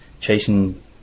chasing